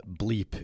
bleep